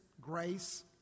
grace